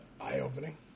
eye-opening